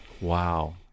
Wow